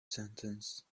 sentence